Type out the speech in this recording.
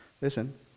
Listen